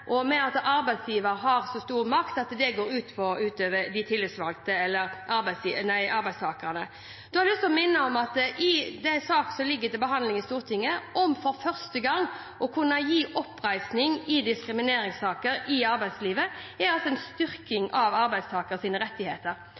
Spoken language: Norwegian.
og av at arbeidsgivere har så stor makt at det går ut over arbeidstakerne. Da har jeg lyst til å minne om at det er en sak som ligger til behandling i Stortinget om for første gang å kunne gi oppreisning i diskrimineringssaker i arbeidslivet, og det er en styrking av arbeidstakernes rettigheter.